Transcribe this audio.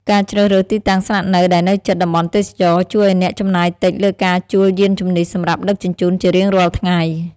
ការជ្រើសរើសទីតាំងស្នាក់នៅដែលនៅជិតតំបន់ទេសចរណ៍ ជួយឱ្យអ្នកចំណាយតិចលើការជួលយានជំនិះសម្រាប់ដឹកជញ្ជូនជារៀងរាល់ថ្ងៃ។